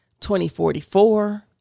2044